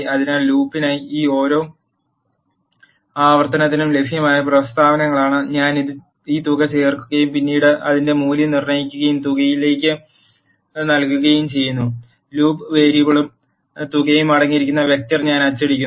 അതിനാൽ ലൂപ്പിനായി ഇവ ഓരോ ആവർത്തനത്തിനും ലഭ്യമായ പ്രസ്താവനകളാണ് ഞാൻ ഈ തുക ചേർക്കുകയും പിന്നീട് അതിന്റെ മൂല്യം നൽകുകയും തുകയിലേക്ക് നൽകുകയും ചെയ്യുന്നു ലൂപ്പ് വേരിയബിളും തുകയും അടങ്ങിയ വെക്റ്റർ ഞാൻ അച്ചടിക്കുന്നു